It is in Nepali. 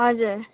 हजुर